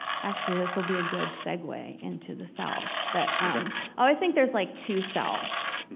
actually this will be a good segue into the self, but i always think there's like two selves.